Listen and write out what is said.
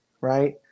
Right